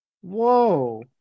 Whoa